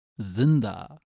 Zinda